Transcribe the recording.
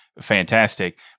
fantastic